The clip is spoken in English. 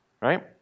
right